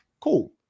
cool